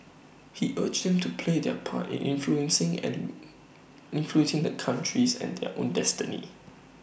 he urged them to play their part in influencing and influencing the country's and their own destiny